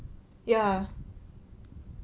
ya